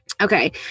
Okay